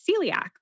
celiac